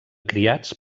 criats